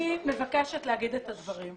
אני מבקשת להגיד את הדברים.